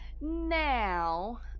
Now